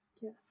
Yes